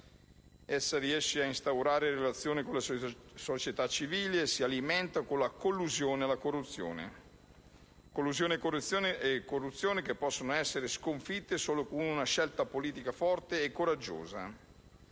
essa riesce a instaurare relazioni con la società civile e si alimenta con la collusione e la corruzione, che possono essere sconfitte solo con una scelta politica forte e coraggiosa.